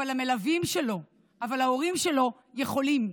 אבל המלווים שלו, ההורים שלו, יכולים.